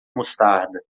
mostarda